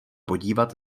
podívat